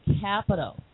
capital